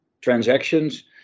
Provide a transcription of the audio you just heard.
transactions